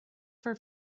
for